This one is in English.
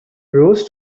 rose